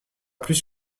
plus